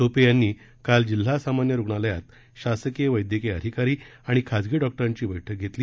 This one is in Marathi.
टोपे यांनी काल जिल्हा सामान्य रुग्णालयात शासकीय वैद्यकीय अधिकारी आणि खासगी डॉक्टरांची बैठकी घेतली